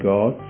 God